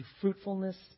fruitfulness